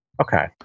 Okay